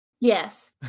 Yes